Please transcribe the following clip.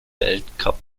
weltcup